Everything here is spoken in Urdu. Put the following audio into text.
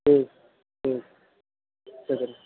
ٹھیک ٹھیک شکریہ